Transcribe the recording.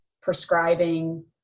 prescribing